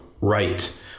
right